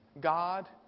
God